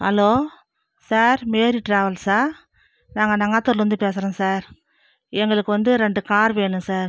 hello sir Mari ட்ராவல்ஸா நாங்கள் நங்காத்தூர்லருந்து பேசுகிறோம் சார் எங்களுக்கு வந்து ரெண்டு கார் வேணும் சார்